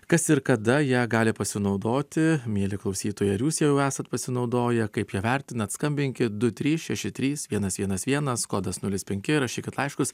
kas ir kada ja gali pasinaudoti mieli klausytojai ar jūs jau esat pasinaudoję kaip ją vertinat skambinkit du trys šeši trys vienas vienas vienas kodas nulis penki rašykit laiškus